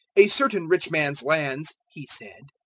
a certain rich man's lands, he said,